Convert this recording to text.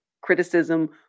criticism